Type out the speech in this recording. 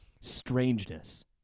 strangeness